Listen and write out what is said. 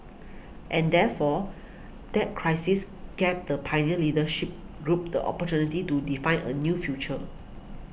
and therefore that crisis gave the pioneer leadership group the opportunity to define a new future